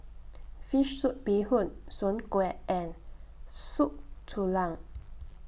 Fish Soup Bee Hoon Soon Kway and Soup Tulang